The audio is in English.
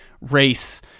race